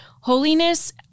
Holiness